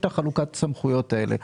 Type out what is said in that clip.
לכן, יש חלוקת הסמכויות האלה.